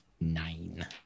Nine